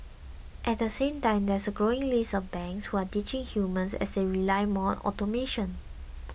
at the same time there's a growing list of banks who are ditching humans as they rely more on automation